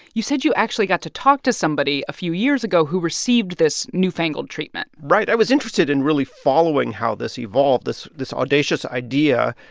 you said you actually got to talk to somebody a few years ago who received this newfangled treatment right. i was interested in really following how this evolved, this this audacious idea,